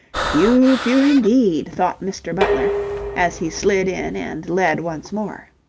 few, few, indeed, thought mr. butler as he slid in and led once more.